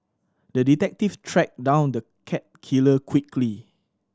the detective tracked down the cat killer quickly